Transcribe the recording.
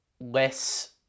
less